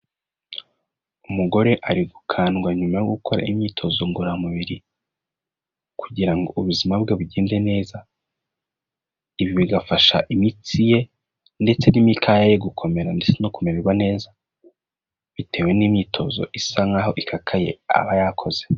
Umugore ari gukandwa nyuma yo gukora imyitozo ngororamubiri kugira ngo ubuzima bwe bugende neza. Ibi bigafasha imitsi ye ndetse n'imikaya ye gukomera ndetse no kumererwa neza, bitewe n'imyitozo isa nk'aho ikakaye aba yakoze.